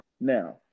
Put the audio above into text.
Now